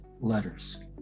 letters